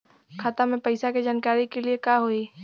खाता मे पैसा के जानकारी के लिए का होई?